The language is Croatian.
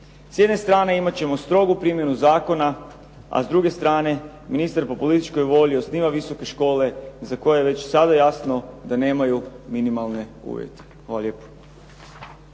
S jedne strane imati ćemo strogu primjenu zakona, a s druge strane ministar po političkoj volji osniva visoke škole za koje je već sada jasno da nemaju minimalne uvjete.